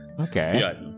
Okay